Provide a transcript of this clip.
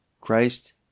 Christ